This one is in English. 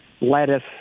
lettuce